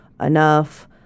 enough